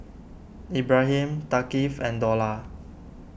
Ibrahim Thaqif and Dollah